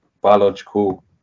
biological